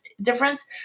difference